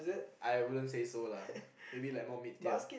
I wouldn't say so lah maybe like more mid tier